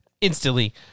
instantly